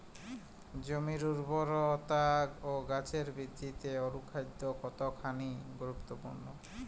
জমির উর্বরতা ও গাছের বৃদ্ধিতে অনুখাদ্য কতখানি গুরুত্বপূর্ণ?